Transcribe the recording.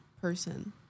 person